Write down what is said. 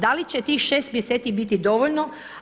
Da li će tih 6 mjeseci biti dovoljno?